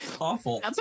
awful